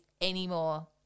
anymore